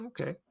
Okay